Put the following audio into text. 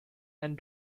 and